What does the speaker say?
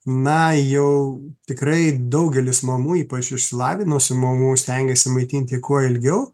na jau tikrai daugelis mamų ypač išsilavinusių mamų stengiasi maitinti kuo ilgiau